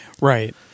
Right